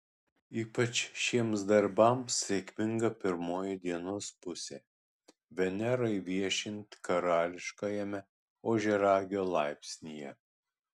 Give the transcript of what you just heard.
ypač šiems darbams sėkminga pirmoji dienos pusė venerai viešint karališkajame ožiaragio laipsnyje